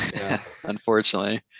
unfortunately